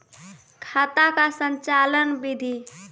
खाता का संचालन बिधि?